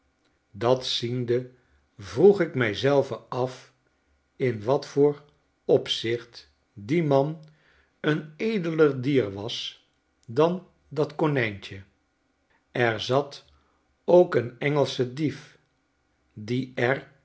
dat ziende vroeg ik mij zelven af in wat voor opzicht die man een edeler dier was dan dat konijntje er zat ook een engelsche dief die